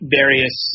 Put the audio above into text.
various